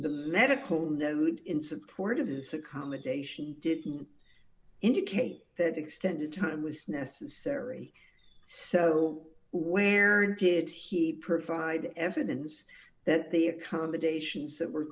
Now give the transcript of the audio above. the medical node in support of this accommodation didn't indicate that extended time was necessary so where did he provide evidence that the accommodations that were